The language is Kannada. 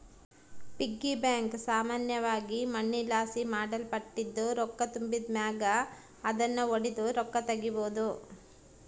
ಪಿಗ್ಗಿ ಬ್ಯಾಂಕ್ ಸಾಮಾನ್ಯವಾಗಿ ಮಣ್ಣಿನಲಾಸಿ ಮಾಡಲ್ಪಟ್ಟಿದ್ದು, ರೊಕ್ಕ ತುಂಬಿದ್ ಮ್ಯಾಗ ಅದುನ್ನು ಒಡುದು ರೊಕ್ಕ ತಗೀಬೋದು